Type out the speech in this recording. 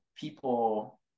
people